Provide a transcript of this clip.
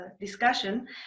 discussion